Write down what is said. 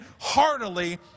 heartily